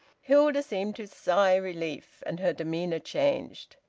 hilda seemed to sigh relief, and her demeanour changed.